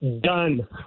Done